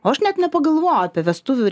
o aš net nepagalvojau apie vestuvių